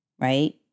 right